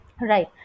Right